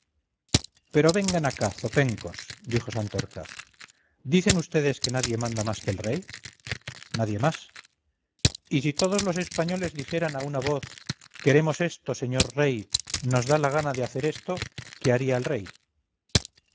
pero vengan acá zopencos dijo santorcaz dicen vds que nadie manda más que el rey nadie más y si todos los españoles dijeran a una voz queremos esto señor rey nos da la gana de hacer esto qué haría el rey